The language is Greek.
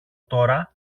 τώρα